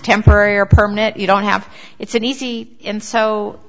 temporary or permanent you don't have it's an easy and so